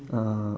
oh